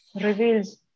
reveals